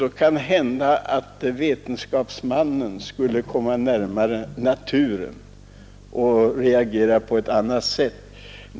Då kunde det hända att vetenskapsmännen skulle komma närmare verkligheten och skulle reagera på ett annat sätt.